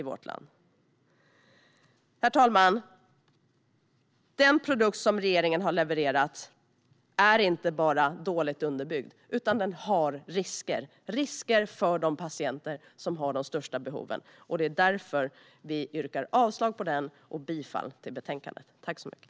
Herr talman! Den produkt som regeringen har levererat är inte bara dåligt underbyggd utan den har risker för de patienter som har de största behoven. Därför yrkar vi avslag på den och yrkar i stället bifall till förslaget i betänkandet.